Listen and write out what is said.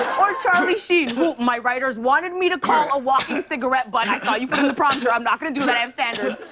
or charlie sheen, who my writers wanted me to call a walking cigarette butt. i saw you put it in the prompter. i'm not gonna do that. i have standards,